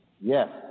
Yes